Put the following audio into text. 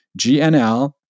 GNL